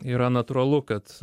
yra natūralu kad